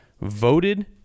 voted